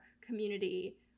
community